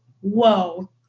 Whoa